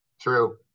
true